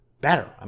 better